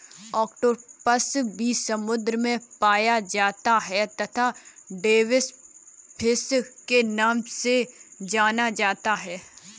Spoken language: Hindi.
ऑक्टोपस भी समुद्र में पाया जाता है तथा डेविस फिश के नाम से जाना जाता है